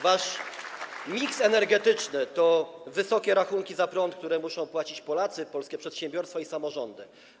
Wasz miks energetyczny to wysokie rachunki za prąd, które muszą płacić Polacy, polskie przedsiębiorstwa i samorządy.